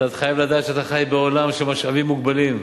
אתה חייב לדעת שאתה חי בעולם של משאבים מוגבלים,